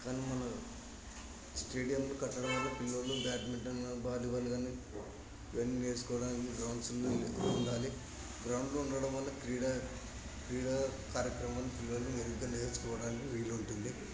కానీ మన స్టేడియంలు కట్టడం వల్ల పిల్లలు బ్యాడ్మింటన్ వాలీబాల్ కానీ ఇవన్నీ నేర్చుకోవడానికి గ్రౌండ్స్ ఉండాలి గ్రౌండ్లు ఉండడం వల్ల క్రీడా క్రీడా కార్యక్రము పిల్లలు మెరుగ్గా నేర్చుకోవడానికి వీలుంటుంది